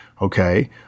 okay